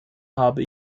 habe